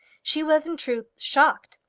she was, in truth, shocked.